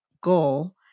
goal